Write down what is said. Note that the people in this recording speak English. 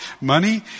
money